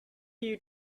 you